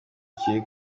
kiri